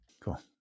Cool